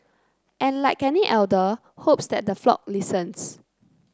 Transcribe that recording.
and like any elder hopes that the flock listens